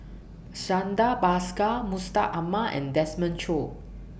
Santha Bhaskar Mustaq Ahmad and Desmond Choo